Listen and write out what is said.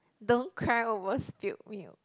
don't cry over spilt milk